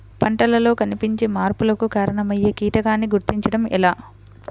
పంటలలో కనిపించే మార్పులకు కారణమయ్యే కీటకాన్ని గుర్తుంచటం ఎలా?